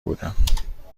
بودم